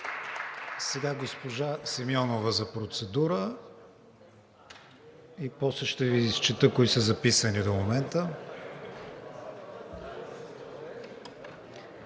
Сега госпожа Симеонова за процедура и после ще Ви изчета кои са записани до момента.